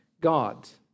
gods